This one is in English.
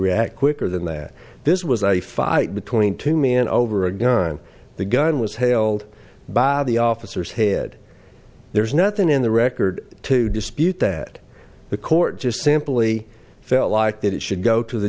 react quicker than that this was a fight between to me and over again on the gun was hailed by the officers head there's nothing in the record to dispute that the court just simply felt like that it should go to the